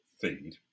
feed